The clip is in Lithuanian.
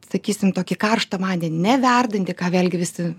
sakysim tokį karštą vandenį ne verdantį ką vėlgi visi